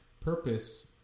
Purpose